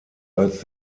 als